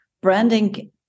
branding